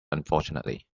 unfortunately